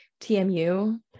TMU